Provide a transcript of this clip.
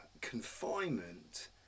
confinement